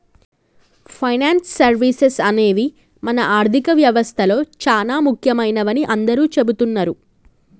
finance services అనేవి మన ఆర్థిక వ్యవస్తలో చానా ముఖ్యమైనవని అందరూ చెబుతున్నరు